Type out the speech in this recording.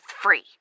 free